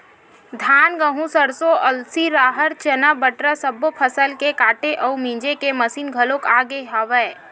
धान, गहूँ, सरसो, अलसी, राहर, चना, बटरा सब्बो फसल के काटे अउ मिजे के मसीन घलोक आ गे हवय